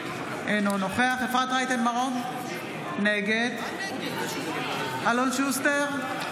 אינו נוכח אפרת רייטן מרום, נגד אלון שוסטר,